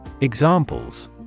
Examples